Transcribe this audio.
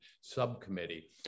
subcommittee